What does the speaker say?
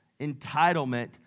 entitlement